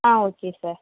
ah okay sir